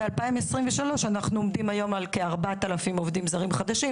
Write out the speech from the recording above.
ב-2023 אנחנו עומדים היום על כ-4,000 עובדים זרים חדשים.